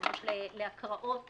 ממש להקראות